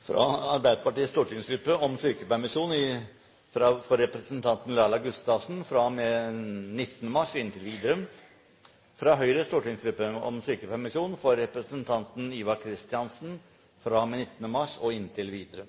fra Arbeiderpartiets stortingsgruppe om sykepermisjon for representanten Laila Gustavsen fra og med 19. mars og inntil videre fra Høyres stortingsgruppe om sykepermisjon for representanten Ivar Kristiansen fra og med 19. mars og inntil videre